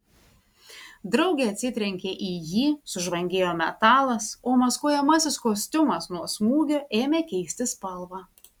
draugė atsitrenkė į jį sužvangėjo metalas o maskuojamasis kostiumas nuo smūgio ėmė keisti spalvą